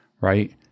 right